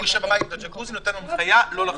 הוא יושב בבית בג'קוזי ונותן הנחיה לא לחתום.